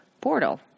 portal